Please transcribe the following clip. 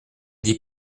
dis